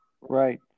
Right